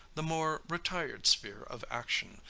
the more retired sphere of action,